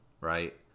right